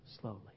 slowly